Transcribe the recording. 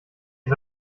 ist